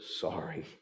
sorry